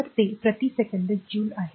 तर ते प्रति सेकंद जूल आहे